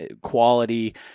quality